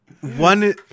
One